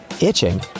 itching